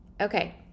okay